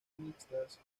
mixtas